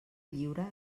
lliure